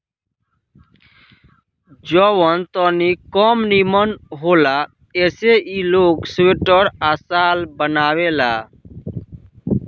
जवन तनी कम निमन होला ऐसे ई लोग स्वेटर आ शाल बनावेला